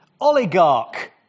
oligarch